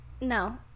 no